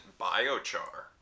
biochar